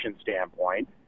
standpoint